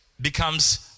becomes